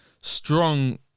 strong